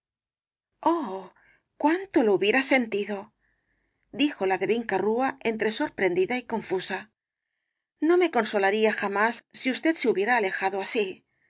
cuánto lo hubiera sentido dijo la de vinca rúa entre sorprendida y confusa no me consolaría jamás si usted se hubiera alejado así